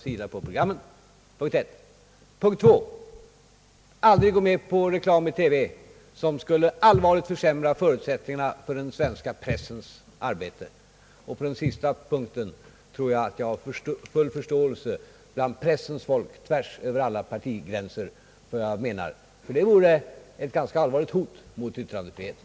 För det andra kan vi aldrig acceptera en reklam i TV som allvarligt skulle försämra förutsättningarna för den svenska pressens arbete. På den sista punkten tror jag att pressens folk tvärs över alla partigränser hyser full förståelse för vad jag menar, nämligen att det skulle vara ett ganska allvarligt hot mot yttrandefriheten.